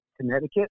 Connecticut